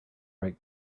write